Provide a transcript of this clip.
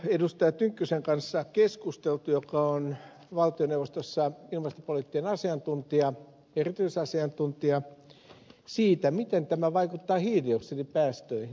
tynkkysen kanssa joka on valtioneuvostossa ilmastopoliittinen erityisasiantuntija siitä miten tämä vaikuttaa hiilidioksidipäästöihin